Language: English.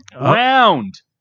round